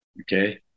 okay